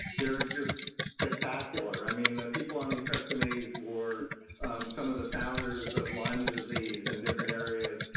they're just spectacular. i mean the people on these subcommittees were some of the founders of lyme disease in different areas.